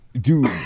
dude